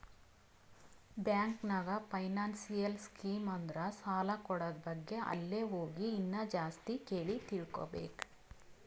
bank ನಾಗ್ financial scheme ಅಂದುರ್ ಸಾಲ ಕೂಡದ್ ಬಗ್ಗೆ ಅಲ್ಲೇ ಹೋಗಿ ಇನ್ನಾ ಜಾಸ್ತಿ ಕೇಳಿ ತಿಳ್ಕೋಬೇಕು